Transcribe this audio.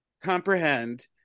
comprehend